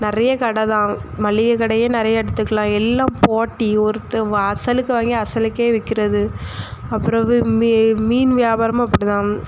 நிறைய கடை தான் மளிகை கடையே நிறைய எடுத்துக்கலாம் எல்லாம் போட்டி ஒருத்தன் அசலுக்கு வாங்கி வாசலுக்கே விற்கிறது அப்புறம் வி மி மீன் வியாபாரமும் அப்படிதான்